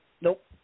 Nope